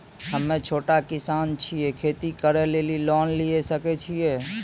हम्मे छोटा किसान छियै, खेती करे लेली लोन लिये सकय छियै?